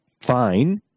fine